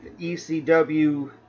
ECW